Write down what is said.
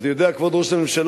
אז יודע כבוד ראש הממשלה,